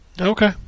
Okay